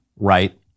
right